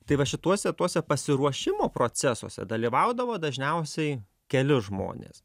tai va šituose tuose pasiruošimo procesuose dalyvaudavo dažniausiai keli žmonės